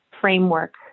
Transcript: framework